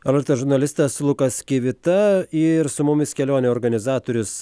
roiters žurnalistas lukas kivita ir su mumis kelionių organizatorius